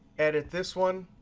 edit this one,